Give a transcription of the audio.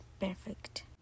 perfect